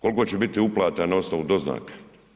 Koliko će biti uplata na osnovu doznaka?